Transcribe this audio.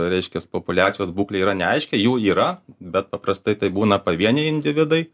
reiškias populiacijos būklė yra neaiški jų yra bet paprastai tai būna pavieniai individai